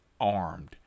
armed